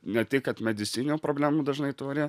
ne tik kad medicininių problemų dažnai turi